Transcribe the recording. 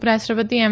ઉપરાષ્ટ્રપતિ એમ